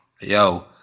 yo